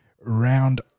round